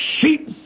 sheep